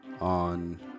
on